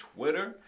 Twitter